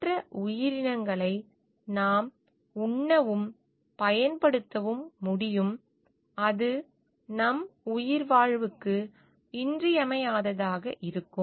மற்ற உயிரினங்களை நாம் உண்ணவும் பயன்படுத்தவும் முடியும் அது நம் உயிர்வாழ்வுக்கு இன்றியமையாததாக இருக்கும்